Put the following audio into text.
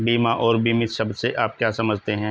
बीमा और बीमित शब्द से आप क्या समझते हैं?